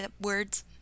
words